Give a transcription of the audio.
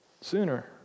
sooner